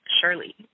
surely